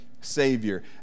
savior